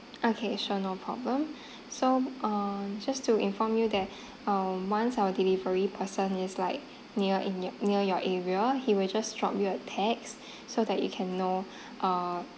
okay sure no problem so uh just to inform you that um once our delivery person is like near in yo~ near your area he will just drop you a text so that you can know uh